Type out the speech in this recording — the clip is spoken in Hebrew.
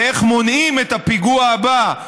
זה איך מונעים את הפיגוע הבא,